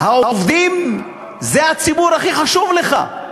העובדים הם הציבור הכי חשוב לך?